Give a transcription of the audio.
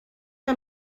que